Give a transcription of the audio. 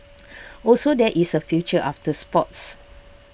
also there is A future after sports